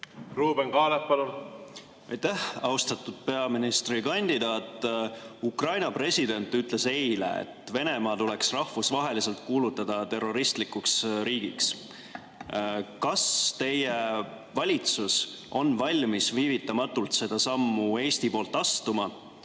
Ruuben Kaalep, palun! Aitäh! Austatud peaministrikandidaat! Ukraina president ütles eile, et Venemaa tuleks rahvusvaheliselt kuulutada terroristlikuks riigiks. Kas teie valitsus on valmis viivitamatult seda sammu Eesti poolt astuma?